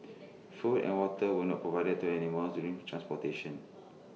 food and water were not provided to animals during transportation